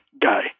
guy